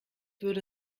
würde